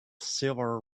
silver